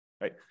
right